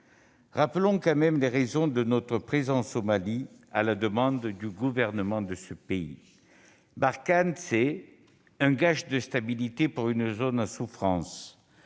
Rappelons tout de même les raisons de notre présence au Mali à la demande du gouvernement de ce pays. Barkhane, c'est un gage de stabilité dans une zone en souffrance,